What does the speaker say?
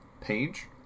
page